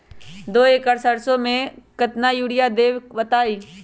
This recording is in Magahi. दो एकड़ सरसो म केतना यूरिया देब बताई?